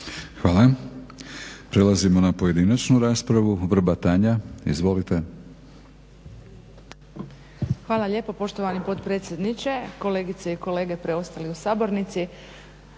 Hvala. Prelazimo na pojedinačnu raspravu. Vrbat Tanja, izvolite. **Vrbat Grgić, Tanja (SDP)** Hvala lijepo poštovani potpredsjedniče, kolegice i kolege preostali u sabornici.